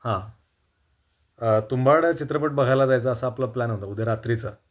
हां तुंबाड चित्रपट बघायला जायचं असं आपलं प्लॅन होता उद्या रात्रीचा